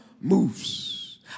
moves